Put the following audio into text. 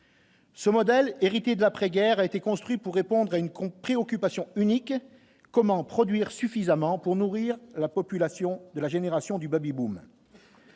Ce modèle hérité de l'après-guerre a été construit pour répondre à une compris préoccupation unique comment produire suffisamment pour nourrir la population de la génération du baby-boom.